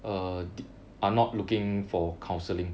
are they are not looking for counselling